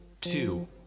two